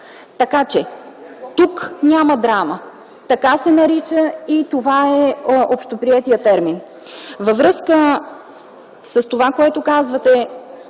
Тук няма драма. Така се нарича и това е общоприетият термин. Във връзка с това, което казвате